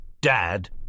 Dad